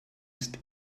ist